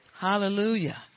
Hallelujah